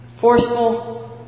Forceful